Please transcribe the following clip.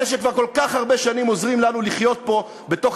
אלה שכבר כל כך הרבה שנים עוזרים לנו לחיות פה בתוך